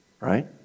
right